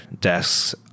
desks